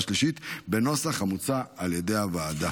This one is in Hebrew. שלישית בנוסח המוצע על ידי הוועדה.